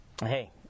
Hey